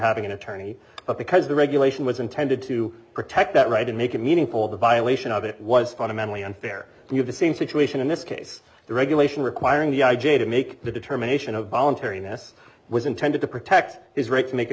having an attorney but because the regulation was intended to protect that right and make it meaningful the violation of it was fundamentally unfair and have the same situation in this case the regulation requiring the i j a to make the determination of voluntariness was intended to protect his right to make a